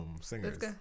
singers